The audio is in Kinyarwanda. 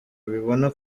abibona